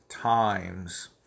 times